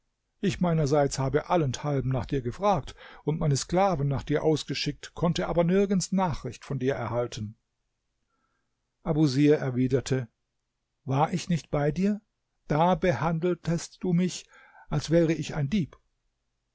ich meinerseits habe allenthalben nach dir gefragt und meine sklaven nach dir ausgeschickt konnte aber nirgends nachricht von dir erhalten abusir erwiderte war ich nicht bei dir da behandeltest du mich als wäre ich ein dieb